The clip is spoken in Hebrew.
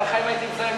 אדוני היושב-ראש,